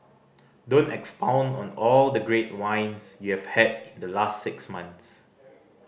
don't expound on all the great wines you have had in the last six months